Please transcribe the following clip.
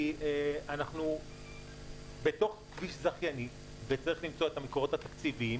כי אנחנו בתוך כביש זכייני וצריך למצוא את המקורות התקציביים